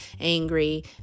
angry